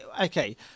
okay